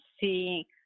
see